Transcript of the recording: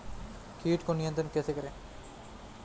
कीट को नियंत्रण कैसे करें?